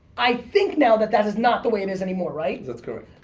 i think now that that is not the way it is anymore, right? that's correct.